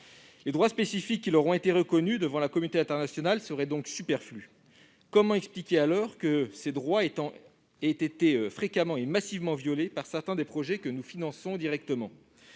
Les droits spécifiques reconnus à ces derniers devant la communauté internationale seraient donc superflus. Comment expliquer alors que ces droits aient été fréquemment et massivement violés par certains des projets que nous finançons directement ?